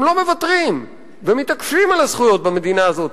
הם לא מוותרים ומתעקשים על הזכויות במדינה הזאת,